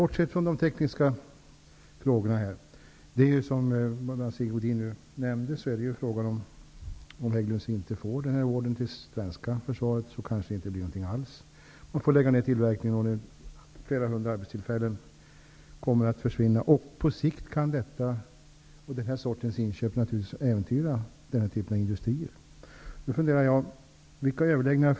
Bortsett från de tekniska frågorna är det, som Sigge Godin nämnde, så att om Hägglunds inte får order från det svenska försvaret, blir det kanske ingenting alls. Då får man lägga ned tillverkningen, och flera hundra arbetstillfällen försvinner. På sikt kan detta äventyra den här typen av industrier.